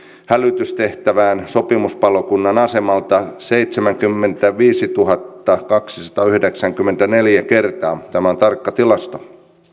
hälytystehtävään sopimuspalokunnan asemalta seitsemänkymmentäviisituhattakaksisataayhdeksänkymmentäneljä kertaa tämä on tarkka tilasto